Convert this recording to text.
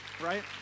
right